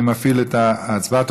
אני מפעיל את ההצבעה.